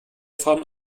fahren